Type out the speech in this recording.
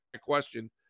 question